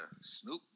Snoop